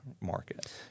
market